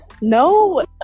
No